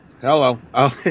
Hello